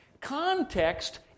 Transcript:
Context